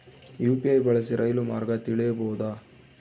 UPI ಬಳಸಿ ರೈಲು ಮಾರ್ಗ ತಿಳೇಬೋದ?